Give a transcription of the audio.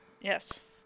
Yes